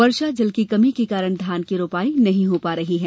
वर्षा जल की कमी के कारण धान की रोपाई नहीं हो पा रही है